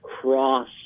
cross